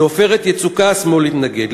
ל"עופרת יצוקה" השמאל התנגד,